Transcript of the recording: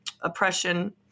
oppression